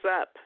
up